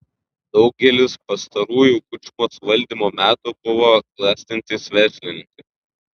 daugelis pastarųjų kučmos valdymo metu buvo klestintys verslininkai